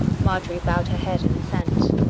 marjorie bowed her head in assent.